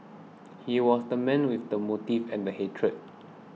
he was the man with the motive and hatred